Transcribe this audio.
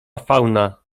fauna